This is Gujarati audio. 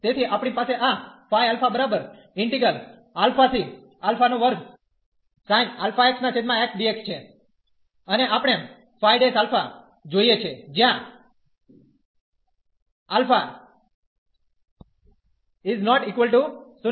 તેથી આપણી પાસે આ છે અને આપણે ϕ α જોઈએ છે જ્યાં α ≠ 0